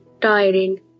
tiring